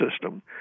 system